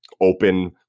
open